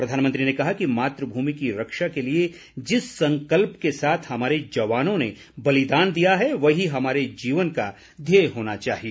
प्रधानमंत्री ने कहा कि मातुभूमि की रक्षा के लिए जिस संकल्प के साथ हमारे जवानों ने बलिदान दिया है वही हमारे जीवन का ध्येय होना चाहिए